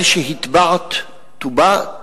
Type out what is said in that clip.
על שהִטבעת טוּבעת